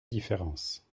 différence